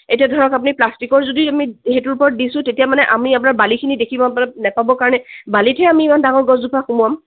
এতিয়া ধৰক আপুনি প্লাষ্টিকৰ যদি আমি হেইটোৰ ওপৰত দিছো তেতিয়া মানে আমি আপোনাৰ বালিখিনি দেখিব নেপাবৰ কাৰণে বালিতহে আমি ইমান ডাঙৰ গছজোপা সুমুৱাম